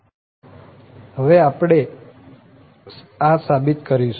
હવે આપણે આ સાબિત કરીશું